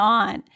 on